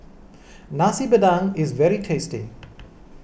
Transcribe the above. Nasi Padang is very tasty